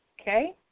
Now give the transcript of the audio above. okay